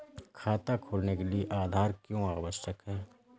खाता खोलने के लिए आधार क्यो आवश्यक है?